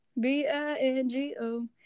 B-I-N-G-O